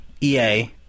EA